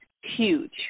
huge